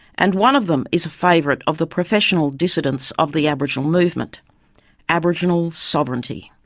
and one of them is a favourite of the professional dissidents of the aboriginal movement aboriginal sovereignty.